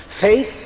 Faith